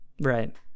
right